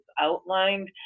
outlined